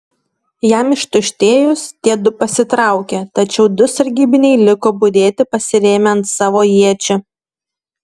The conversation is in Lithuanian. jam ištuštėjus tie du pasitraukė tačiau du sargybiniai liko budėti pasirėmę ant savo iečių